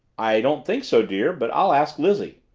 i don't think so, dear, but i'll ask lizzie.